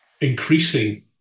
increasing